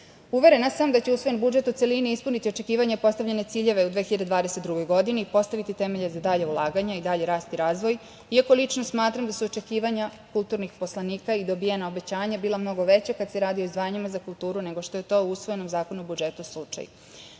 sam da će usvojen budžet u celini ispuniti očekivanja i postavljene ciljeve u 2022. godini i postaviti temelje za dalja ulaganja i dalji rast i razvoj iako lično smatram da su očekivanja kulturnih poslanika i dobijena obećanja bila mnogo veća kada se radi o izdvajanjima za kulturu nego što je to u usvojenom Zakonu o budžetu slučaj. Ne